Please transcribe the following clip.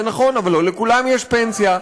זה נכון, אבל לא לכולם יש פנסיה.